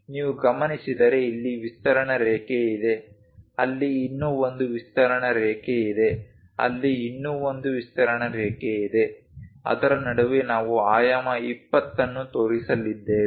ನೀವು ಗಮನಿಸಿದರೆ ಇಲ್ಲಿ ವಿಸ್ತರಣಾ ರೇಖೆ ಇದೆ ಅಲ್ಲಿ ಇನ್ನೂ ಒಂದು ವಿಸ್ತರಣಾ ರೇಖೆ ಇದೆ ಅಲ್ಲಿ ಇನ್ನೂ ಒಂದು ವಿಸ್ತರಣಾ ರೇಖೆ ಇದೆ ಅದರ ನಡುವೆ ನಾವು ಆಯಾಮ 20 ಅನ್ನು ತೋರಿಸಲಿದ್ದೇವೆ